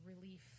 relief